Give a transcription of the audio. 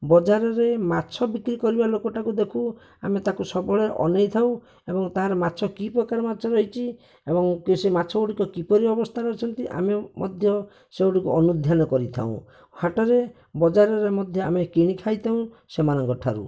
ବଜାରରେ ମାଛ ବିକ୍ରି କରିବା ଲୋକଟାକୁ ଦେଖୁ ଆମେ ତାକୁ ସବୁବେଳେ ଅନେଇ ଥାଉ ଏବଂ ତାହାର ମାଛ କି ପ୍ରକାର ମାଛ ହୋଇଛି ଏବଂ ସେହି ମାଛ ଗୁଡ଼ିକ କିପରି ଅବସ୍ଥାରେ ଅଛନ୍ତି ଆମେ ମଧ୍ୟ ସେଗୁଡ଼ିକୁ ଅନୁଧ୍ୟାନ କରିଥାଉ ହାଟରେ ବଜାରରେ ମଧ୍ୟ ଆମେ କିଣି ଖାଇଥାଉ ସେମାନଙ୍କ ଠାରୁ